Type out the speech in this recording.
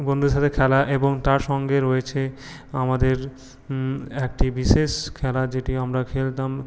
বন্ধুদের সাথে খেলা এবং তার সঙ্গে রয়েছে আমাদের একটি বিশেষ খেলা যেটি আমরা খেলতাম